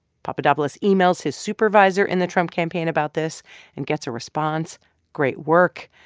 papadopoulos emails his supervisor in the trump campaign about this and gets a response great work.